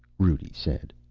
rudi said.